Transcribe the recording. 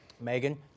Megan